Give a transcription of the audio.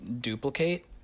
duplicate